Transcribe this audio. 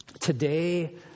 Today